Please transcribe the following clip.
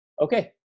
Okay